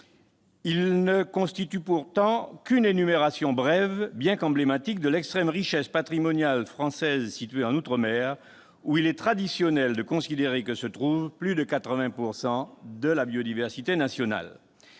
ne constituent pourtant qu'une énumération brève, bien qu'emblématique, de l'extrême richesse patrimoniale française située outre-mer, où il est traditionnel de considérer que se trouve plus de 80 % de la biodiversité nationale.